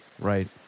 Right